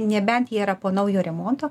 nebent jie yra po naujo remonto